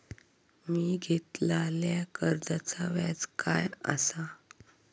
मी घेतलाल्या कर्जाचा व्याज काय आसा?